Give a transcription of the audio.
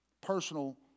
personal